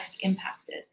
impacted